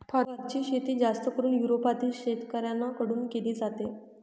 फरची शेती जास्त करून युरोपातील शेतकऱ्यांन कडून केली जाते